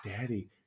Daddy